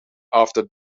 after